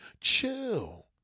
Chill